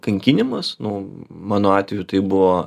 kankinimas nu mano atveju tai buvo